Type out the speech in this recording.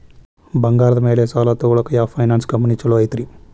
ಬಂಗಾರದ ಮ್ಯಾಲೆ ಸಾಲ ತಗೊಳಾಕ ಯಾವ್ ಫೈನಾನ್ಸ್ ಕಂಪನಿ ಛೊಲೊ ಐತ್ರಿ?